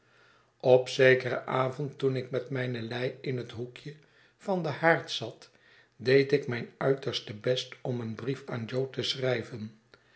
op zekeren avond toen ik met mijne lei in het hoekje van den haard zat deed ik mijn uiterste best om een brief aan jo te schrijven